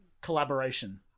collaboration